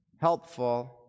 helpful